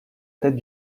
tête